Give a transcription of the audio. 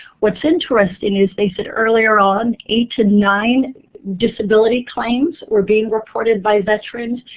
what's interesting is, they said earlier on, eight to nine disability claims were being reported by veterans.